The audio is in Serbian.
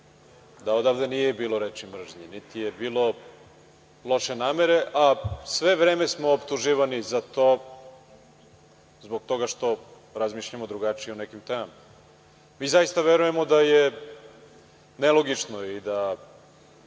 da odavde nije bilo reči mržnje, niti je bilo loše namere, a sve vreme smo optuživani za to zbog toga što razmišljamo drugačije o nekim temama. Mi zaista verujemo da je nelogično i da